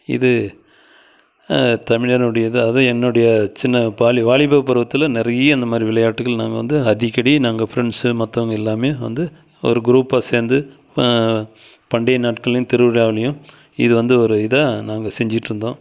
இது தமிழனுடையது அதுவும் என்னுடைய சின்ன வாலி வாலிப பருவத்தில் நிறைய இந்த மாரி விளையாட்டுகள் நாங்கள் வந்து அடிக்கடி நாங்கள் ஃப்ரெண்ட்ஸு மற்றவங்க எல்லாமே வந்து ஒரு க்ரூப்பாக சேர்ந்து பண்டிய நாட்கள்லையும் திருவிழாவுலையும் இது வந்து ஒரு இதாக நாங்கள் செஞ்சிட்டுருந்தோம்